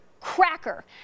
cracker